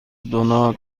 دونات